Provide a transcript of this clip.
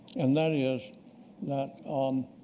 and that is that